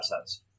assets